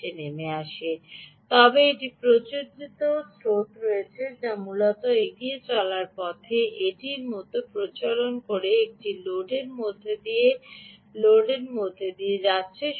নীচে নেমে আসে তবে একটি প্রচলিত স্রোত রয়েছে যা মূলত এ লোডের মধ্য দিয়ে এভাবে চলে যাচ্ছে এবং ফিরে ফিরে আসবে